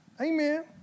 Amen